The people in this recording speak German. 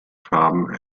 farben